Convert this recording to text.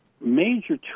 major